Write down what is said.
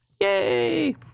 Yay